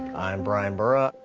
i'm brian bura.